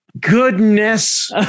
Goodness